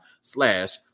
slash